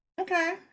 okay